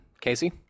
Casey